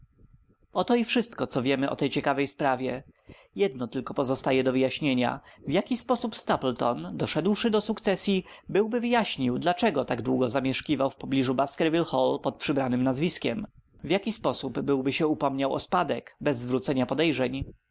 oto i wszystko co wiem o tej ciekawej sprawie jedno tylko pozostaje do wyjaśnienia w jaki sposób stapleton doszedłszy do sukcesyi byłby wyjaśnił dlaczego tak długo zamieszkiwał w pobliżu baskerville hall pod przybranem nazwiskiem w jaki sposób byłby się upomniał o spadek bez zwrócenia podejrzeń